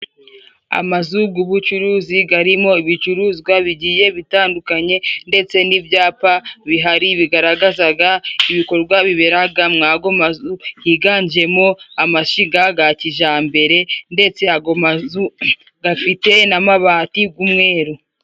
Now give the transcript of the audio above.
Amazu g'ubucuruzi garimo ibicuruzwa bigiye bitandukanye, ndetse n'ibyapa bihari bigaragazaga ibikorwa biberaga mu ago mazu, higanjemo amashiga ga kijambere ndetse ago mazu gafite n'amabati g'umweru.